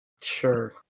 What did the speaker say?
sure